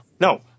No